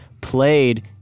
played